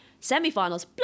semi-finals